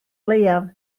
leiaf